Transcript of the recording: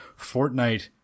fortnite